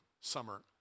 summer